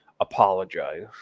apologize